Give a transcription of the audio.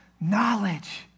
knowledge